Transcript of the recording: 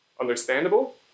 Understandable